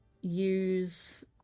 use